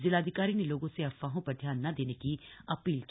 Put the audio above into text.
जिलाधिकारी ने लोगों से अफवाहों पर ध्यान न देने की अपील की